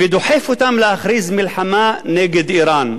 ודוחף אותם להכריז מלחמה נגד אירן.